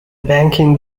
banking